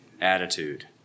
Attitude